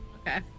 Okay